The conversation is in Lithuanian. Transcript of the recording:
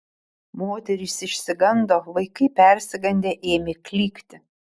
moterys išsigando vaikai persigandę ėmė klykti